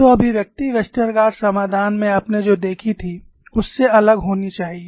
तो अभिव्यक्ति वेस्टरगार्ड समाधान में आपने जो देखी थी उससे अलग होनी चाहिए